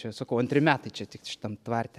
čia sakau antri metai čia tik šitam tvarte